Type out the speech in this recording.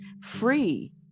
free